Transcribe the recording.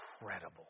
incredible